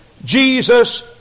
Jesus